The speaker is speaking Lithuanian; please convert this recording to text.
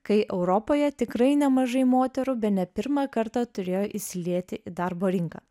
kai europoje tikrai nemažai moterų bene pirmą kartą turėjo įsilieti į darbo rinką